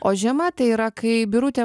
o žiema tai yra kai birutė